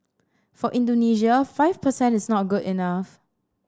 for Indonesia five per cent is not good enough